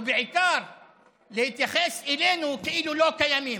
ובעיקר להתייחס אלינו כאילו אנחנו לא קיימים.